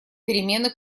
перемены